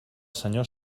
senyor